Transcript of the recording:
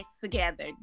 together